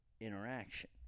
interaction